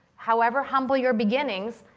however humble your beginnings,